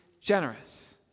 generous